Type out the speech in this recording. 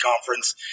conference